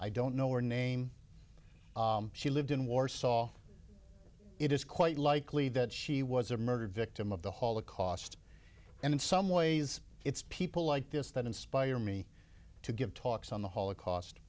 i don't know or name she lived in warsaw it is quite likely that she was a murder victim of the holocaust and in some ways it's people like this that inspire me to give talks on the holocaust